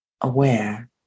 aware